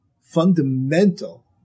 fundamental